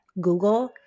Google